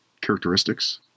characteristics